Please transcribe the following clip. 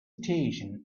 station